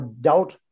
doubt